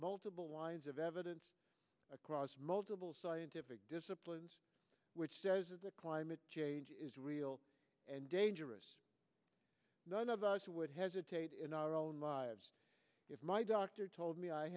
multiple lines of evan across multiple scientific disciplines which says the climate change is real and dangerous none of us would hesitate in our own lives if my doctor told me i